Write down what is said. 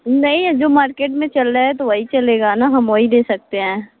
नहीं अब जो मार्किट में चल रहा है तो वही चलेगा ना हम वही दे सकते हैं